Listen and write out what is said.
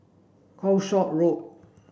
Calshot Road